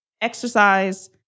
exercise